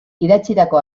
idatzitako